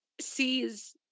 sees